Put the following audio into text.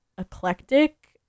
eclectic